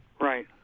Right